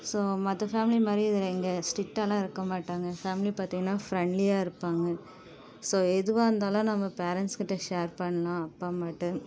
so மற்ற family மாதிரி இதில் எங்க ஸ்டிக்டாலாம் இருக்கமாட்டாங்கள் எங்கள் ஃபேமிலி பார்த்தீங்கன்னா ஃபிரெண்ட்லியாக இருப்பாங்கள் ஸோ எதுவாக இருந்தாலும் நம்ம பேரன்ட்ஸ்கிட்ட ஷேர் பண்ணலாம் அப்பா அம்மாகிட்ட